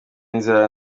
inzara